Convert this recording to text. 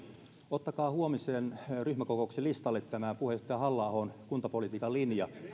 ottakaa huomisen ryhmäkokouksen listalle tämä puheenjohtaja halla ahon kuntapolitiikan linja